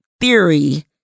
theory